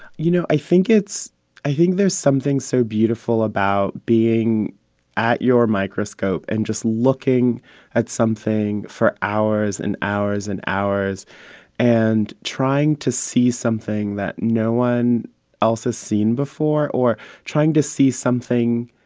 you know, i think it's i think there's something so beautiful about being at your microscope and just looking at something for hours and hours and hours and trying to see something that no one else has seen before or trying to see something